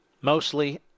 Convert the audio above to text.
mostly